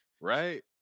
right